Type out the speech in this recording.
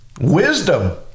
Wisdom